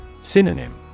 Synonym